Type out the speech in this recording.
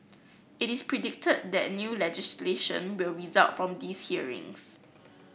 it is predicted that new legislation will result from these hearings